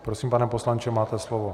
Prosím, pane poslanče, máte slovo.